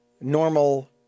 normal